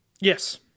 Yes